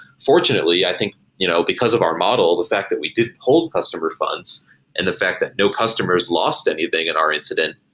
fortunately, i think you know because of our model, the fact that we did hold customer funds and the fact that no customers lost anything in our incident,